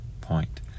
point